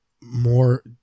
more